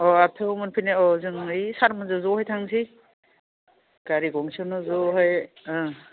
अह आरथ' मोनफैनाय अह जों ओइ सारमोनजों जयै थांसै गारि गंसेयावनो जवावहाय ओं